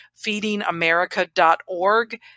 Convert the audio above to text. feedingamerica.org